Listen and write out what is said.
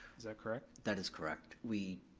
is that correct? that is correct, we,